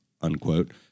unquote